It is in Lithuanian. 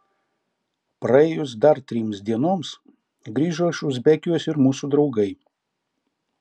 praėjus dar trims dienoms grįžo iš uzbekijos ir mūsų draugai